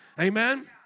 Amen